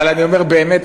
אבל אני אומר באמת,